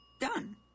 done